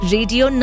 Radio